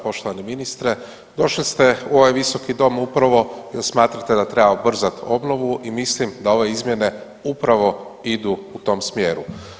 Poštovani ministre, došli ste u ovaj visoki dom upravo jer smatrate da treba ubrzat obnovu i mislim da ove izmjene upravo idu u tom smjeru.